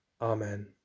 Amen